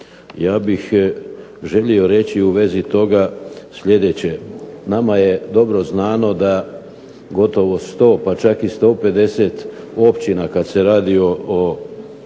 Ja bih želio reći u vezi toga sljedeće, nama je dobro znano da gotovo 100 pa čak i 150 općina kad se radi o